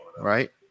right